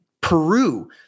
peru